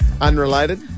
Unrelated